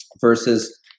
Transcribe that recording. verses